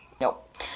nope